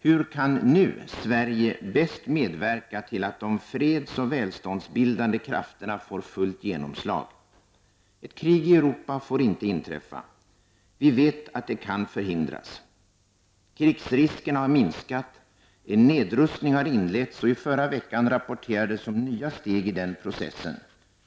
Hur kan nu Sverige bäst medverka till att de freds och välståndsbildande krafterna får fullt genomslag? Ett krig i Europa får inte inträffa. Vi vet att det kan förhindras. Krigsriskerna har minskat, en nedrustning har inletts, och i förra veckan rapporterades om nya steg i den processen.